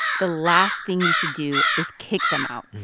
the last thing you should do is kick them out.